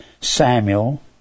Samuel